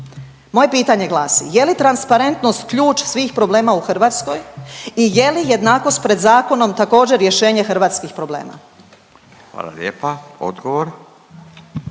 Moje pitanje glasi je li transparentnost ključ svih problema u Hrvatskoj i je li jednakost pred zakonom također rješenje hrvatskih problema? **Radin, Furio